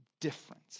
different